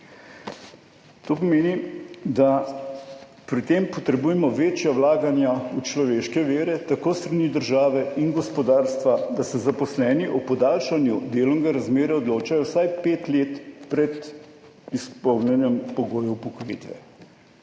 To pomeni, da pri tem potrebujemo večja vlaganja v človeške vire, tako s strani države in gospodarstva, da se zaposleni o podaljšanju delovnega razmerja odločajo vsaj pet let pred izpolnjenim pogojev upokojitve.